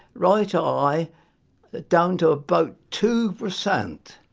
right ah eye down to about two percent.